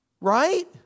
Right